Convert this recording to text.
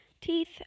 teeth